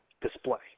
display